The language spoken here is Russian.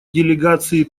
делегации